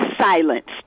silenced